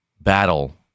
battle